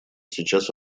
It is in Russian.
сейчас